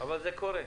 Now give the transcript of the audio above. אבל זה קורה.